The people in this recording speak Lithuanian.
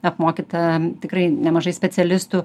apmokyta tikrai nemažai specialistų